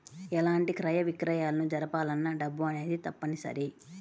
ఎలాంటి క్రయ విక్రయాలను జరపాలన్నా డబ్బు అనేది తప్పనిసరి